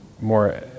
more